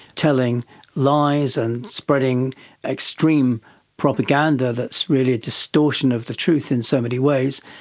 telling lies and spreading extreme propaganda that's really a distortion of the truth in so many ways.